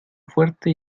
fuerte